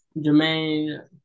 jermaine